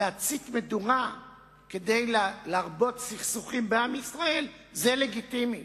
להצית מדורה כדי להרבות סכסוכים בעם ישראל זה לגיטימי.